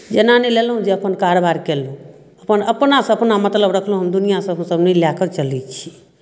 जेना नहि लेलौँ जे अपन कारबार कयलहुँ अपन अपनासँ अपना मतलब रखलहुँ हम दुनिआँसँ नहि लए कऽ चलै छी